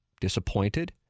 disappointed